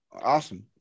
awesome